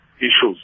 Issues